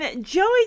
Joey